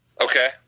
Okay